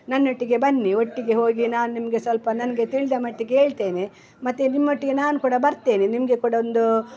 ನನ್ನೊಟ್ಟಿಗೆ ಬನ್ನಿ ಒಟ್ಟಿಗೆ ಹೋಗಿ ನಾನು ನಿಮಗೆ ಸ್ವಲ್ಪ ನನಗೆ ತಿಳಿದ ಮಟ್ಟಿಗೆ ಹೇಳ್ತೇನೆ ಮತ್ತು ನಿಮ್ಮೊಟ್ಟಿಗೆ ನಾನೂ ಕೂಡ ಬರ್ತೇನೆ ನಿಮಗೆ ಕೂಡ ಒಂದು